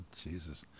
Jesus